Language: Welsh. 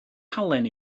halen